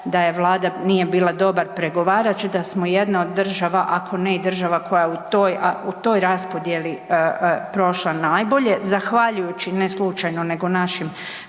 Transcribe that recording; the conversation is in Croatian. da Vlada nije bila dobar pregovarač da smo jedna od država ako ne i država koja je u toj raspodjeli prošla najbolje zahvaljujući ne slučajno nego našim